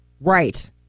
Right